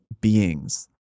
beings